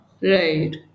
Right